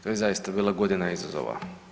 To je zaista bila godina izazova.